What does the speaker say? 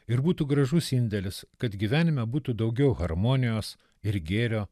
ir būtų gražus indėlis kad gyvenime būtų daugiau harmonijos ir gėrio